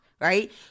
right